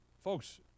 Folks